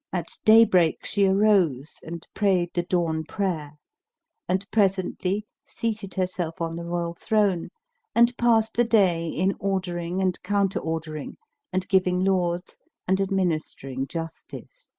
at daybreak, she arose and prayed the dawn prayer and presently seated herself on the royal throne and passed the day in ordering and counter ordering and giving laws and administering justice.